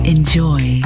Enjoy